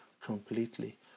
completely